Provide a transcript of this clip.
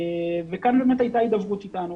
כאן הייתה הידברות אתנו.